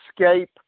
escape